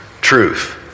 truth